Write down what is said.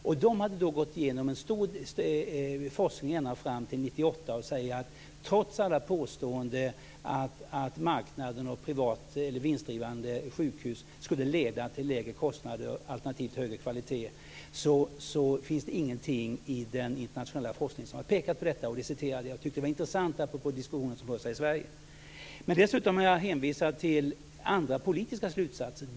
Man hade gått igenom en stor forskning fram till 1998 och sade att trots alla påståenden att marknaden och vinstdrivande sjukhus skulle leda till lägre kostnader alternativt högre kvalitet fanns det ingenting i den internationella forskningen som har pekat på detta. Det citerade jag. Jag tyckte att det var intressant apropå den diskussion som förs i Dessutom har jag hänvisat till andra politiska slutsatser.